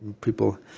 people